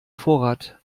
vorrat